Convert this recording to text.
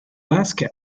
alaska